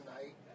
tonight